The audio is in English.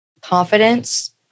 confidence